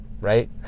right